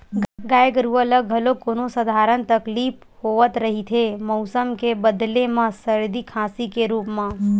गाय गरूवा ल घलोक कोनो सधारन तकलीफ होवत रहिथे मउसम के बदले म सरदी, खांसी के रुप म